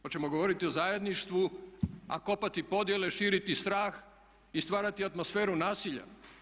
Hoćemo govoriti o zajedništvu a kopati podjele, širiti strah i stvarati atmosferu nasilja?